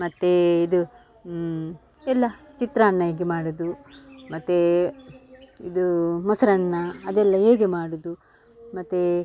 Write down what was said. ಮತ್ತು ಇದು ಎಲ್ಲ ಚಿತ್ರಾನ್ನ ಹೇಗೆ ಮಾಡುವುದು ಮತ್ತು ಇದು ಮೊಸರನ್ನ ಅದೆಲ್ಲ ಹೇಗೆ ಮಾಡುವುದು ಮತ್ತು